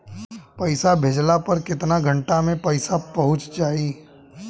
पैसा भेजला पर केतना घंटा मे पैसा चहुंप जाई?